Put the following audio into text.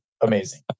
amazing